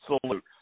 salute